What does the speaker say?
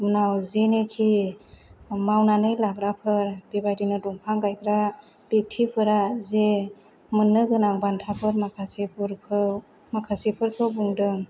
उनाव जेनाखि मावनानै लाग्राफोर बेबादिनो दंफां गायग्रा बिय्कथि फोरा जे मोन्नो गोनां बान्था फोर माखासे फोरखौ माखासे फोरखौ बुंदों